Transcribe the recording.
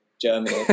Germany